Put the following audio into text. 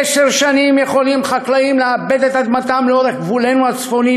עשר שנים יכולים חקלאים לעבד את אדמתם לאורך גבולנו הצפוני